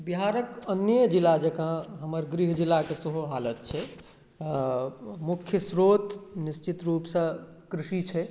बिहारके अन्ये जिला जकाँ हमर गृहजिलाके सेहो हालत छै मुख्य स्रोत निश्चित रूपसँ कृषि छै